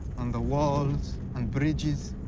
on the walls, on bridges,